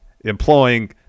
employing